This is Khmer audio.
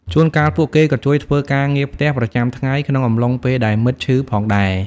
ជួនកាល ពួកគេក៏ជួយធ្វើការងារផ្ទះប្រចាំថ្ងៃ ក្នុងអំឡុងពេលដែលមិត្តឈឺផងដែរ។